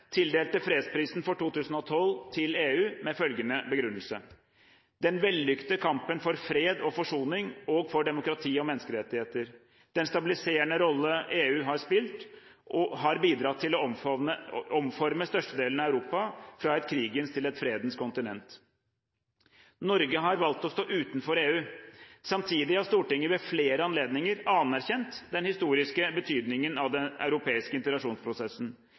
tildelte fredsprisen for 2012 til EU med begrunnelsen «den vellykkete kampen for fred og forsoning og for demokrati og menneskerettigheter. Den stabiliserende rolle EU har spilt, har bidratt til å omforme størstedelen av Europa fra et krigens til et fredens kontinent.» Norge har valgt å stå utenfor EU. Samtidig har Stortinget ved flere anledninger anerkjent den historiske betydningen av den europeiske integrasjonsprosessen